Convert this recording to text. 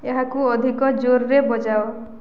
ଏହାକୁ ଅଧିକ ଜୋରରେ ବଜାଅ